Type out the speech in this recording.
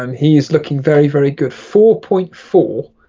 um he's looking very very good four point four